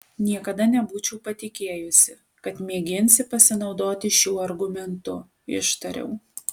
niekada nebūčiau patikėjusi kad mėginsi pasinaudoti šiuo argumentu ištariau